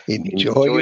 Enjoy